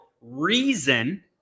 reason